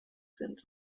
sind